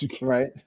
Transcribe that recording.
Right